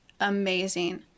amazing